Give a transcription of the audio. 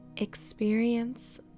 Experience